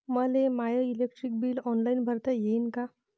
मले my electric bill online भरता येईन का?